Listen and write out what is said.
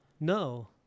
No